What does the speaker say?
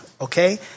Okay